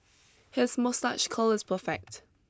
his moustache curl is perfect